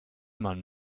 man